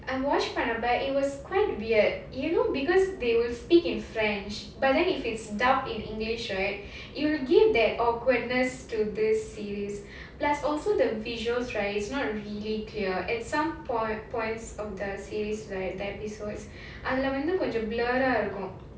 watch பண்ணப்பா:pannappaa it was quite weird you know because they will speak in french but then if it's dubbed in english right you will give that awkwardness to this series plus also the visuals right it's not really clear at some point~ points of the series right the episodes அங்க வந்து கொஞ்சம்:anga vanthu konjam blurr ah இருக்கும்:irukkum